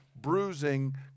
Bruising